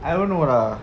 I don't know lah